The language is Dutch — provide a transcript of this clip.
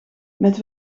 met